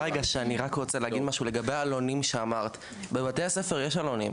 אני רק רוצה לומר לך שבבתי הספר יש עלונים,